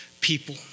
people